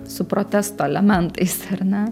su protesto elementais ar ne